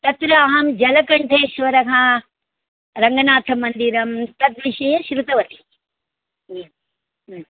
तत्र अहं जलकण्ठेश्वरः रङ्गनाथमन्दिरं तद्विषये श्रुतवती